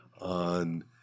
on